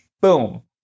boom